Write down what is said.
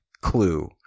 clue